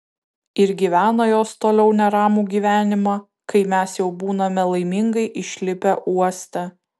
ir gyvena jos toliau neramų gyvenimą kai mes jau būname laimingai išlipę uoste